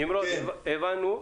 נמרוד, הבנו.